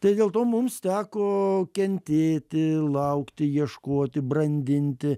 tai dėl to mums teko kentėti laukti ieškoti brandinti